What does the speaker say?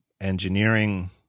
engineering